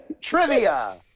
Trivia